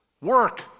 Work